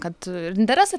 kad ir interesai